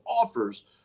offers